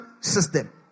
system